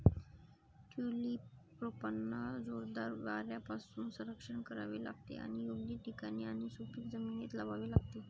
tulip रोपांना जोरदार वाऱ्यापासून संरक्षण करावे लागते आणि योग्य ठिकाणी आणि सुपीक जमिनीत लावावे लागते